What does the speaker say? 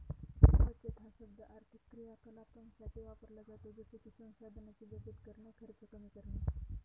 बचत हा शब्द आर्थिक क्रियाकलापांसाठी वापरला जातो जसे की संसाधनांची बचत करणे, खर्च कमी करणे